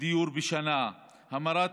דיור בשנה, המרת